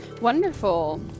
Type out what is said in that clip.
Wonderful